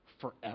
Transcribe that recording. forever